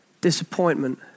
disappointment